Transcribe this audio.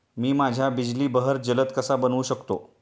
मी माझ्या बिजली बहर जलद कसा बनवू शकतो?